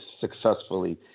successfully